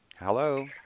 hello